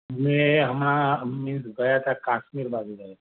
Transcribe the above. અમે હમણાં મીન્સ ગયા હતા કાશ્મીર બાજુ ગયા હતા